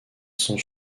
sont